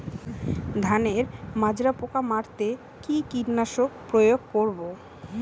ধানের মাজরা পোকা মারতে কি কীটনাশক প্রয়োগ করব?